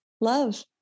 love